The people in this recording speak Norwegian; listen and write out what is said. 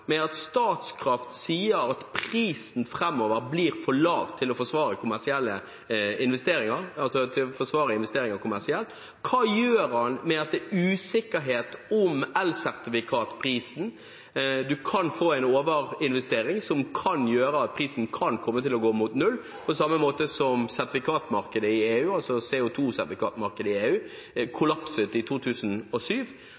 med at Statkraft sier at prisen framover blir for lav til å forsvare investeringer kommersielt? Hva gjør han med at det er usikkerhet om elsertifikatprisen? Man kan få en overinvestering som kan gjøre at prisen kan komme til å gå mot null, på samme måte som da sertifikatmarkedet i EU, altså CO2-sertifikatmarkedet, kollapset i 2007.